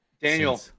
Daniel